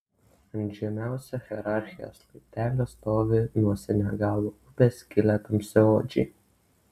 ant žemiausio hierarchijos laiptelio stovi nuo senegalo upės kilę tamsiaodžiai